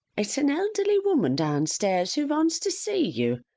it's an elderly woman down stairs who vants to see you.